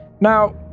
Now